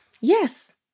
Yes